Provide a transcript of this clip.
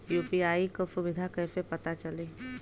UPI क सुविधा कैसे पता चली?